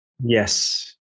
Yes